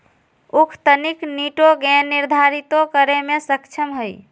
उख तनिक निटोगेन निर्धारितो करे में सक्षम हई